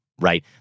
right